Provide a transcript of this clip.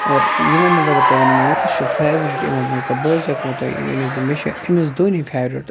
اور یِمو منٛز اگر تُہُۍ ؤنِو مےٚ مےٚ کُس چھُ فیورِٹ یِمو منٛز تہٕ بہٕ حظ ہیٚکہو تۄہہِ وِنِتھ مےٚ حظ چھُ ایم ایس دونی فیورِٹ